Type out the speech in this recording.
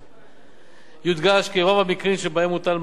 יודגש כי רוב המקרים שבהם מוטל מע"מ בשיעור אפס,